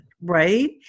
Right